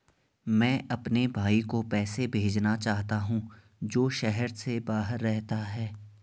मैं अपने भाई को पैसे भेजना चाहता हूँ जो शहर से बाहर रहता है